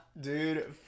Dude